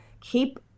keep